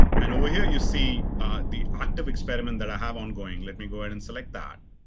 and over here you see the active experiment that i have ongoing. let me go ahead and select that.